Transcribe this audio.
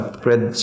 spread